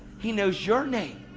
he knows your name.